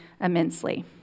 immensely